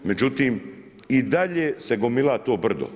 Međutim i dalje se gomila to brdo.